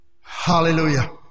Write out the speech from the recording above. Hallelujah